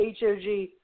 HOG